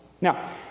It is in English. Now